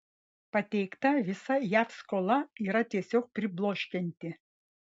pateikta visa jav skola yra tiesiog pribloškianti